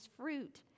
fruit